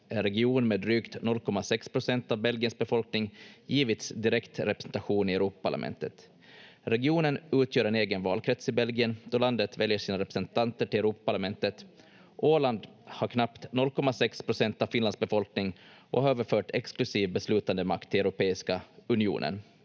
drygt 0,6 procent av Belgiens befolkning givits direkt representation i Europaparlamentet. Regionen utgör en egen valkrets i Belgien då landet väljer sina representanter till Europaparlamentet. Åland har knappt 0,6 procent av Finlands befolkning och har överfört exklusiv beslutandemakt till Europeiska unionen.